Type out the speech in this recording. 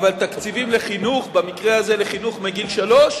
אבל תקציבים לחינוך, במקרה הזה לחינוך מגיל שלוש,